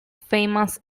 famous